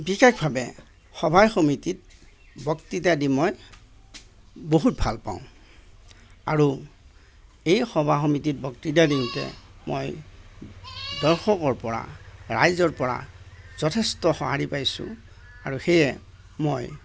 বিশেষভাৱে সভা সমিতিত বক্তৃতা দি মই বহুত ভালপাওঁ আৰু এই সভা সমিতিত বক্তৃতা দিওঁতে মই দৰ্শকৰপৰা ৰাইজৰপৰা যথেষ্ট সহাঁৰি পাইছোঁ আৰু সেয়ে মই